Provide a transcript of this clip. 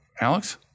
Alex